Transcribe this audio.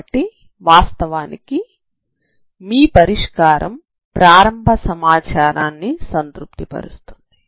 కాబట్టి వాస్తవానికి మీ పరిష్కారం ప్రారంభ సమాచారం ను సంతృప్తి పరుస్తుంది